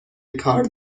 کار